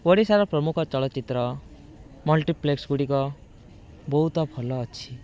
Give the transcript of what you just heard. ଓଡ଼ିଶାର ପ୍ରମୁଖ ଚଳଚ୍ଚିତ୍ର ମଲ୍ଟିପ୍ଲେକ୍ସ ଗୁଡ଼ିକ ବହୁତ ଭଲ ଅଛି